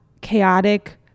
chaotic